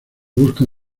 busca